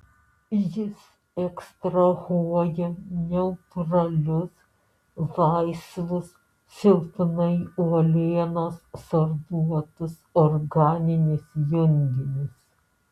jis ekstrahuoja neutralius laisvus silpnai uolienos sorbuotus organinius junginius